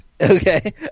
okay